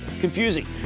confusing